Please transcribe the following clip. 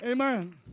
Amen